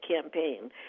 campaign